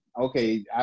Okay